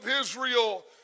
Israel